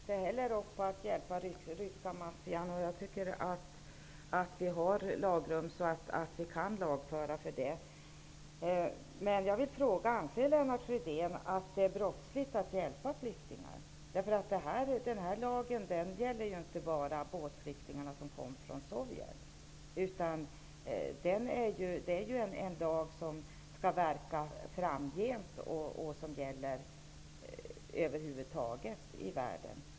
Herr talman! Jag ställer inte heller upp på att hjälpa den ryska maffian. Jag tycker att vi har lagrum, så att vi kan lagföra. Men jag vill fråga: Anser Lennart Fridén att det är brottsligt att hjälpa flyktingar? Den här lagen gäller ju inte bara de båtflyktingar som kom från Sovjet. Det är ju en lag som skall verka framgent och som gäller alla delar av världen.